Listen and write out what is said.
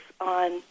on